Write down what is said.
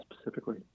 specifically